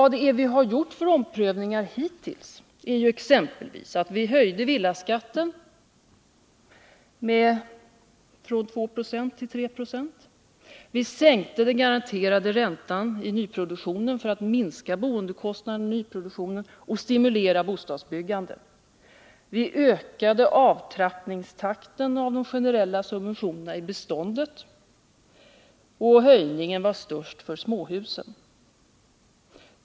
De omprövningar som vi hittills har gjort är exempelvis att vi höjde villaskatten från 2 90 till 3 70, att vi sänkte den garanterade räntan i nyproduktionen för att minska boendekostnaderna i denna och stimulera bostadsbyggandet, att vi ökade takten för avtrappningen av de generella subventionerna i beståndet, varvid höjningen var störst för småhusen.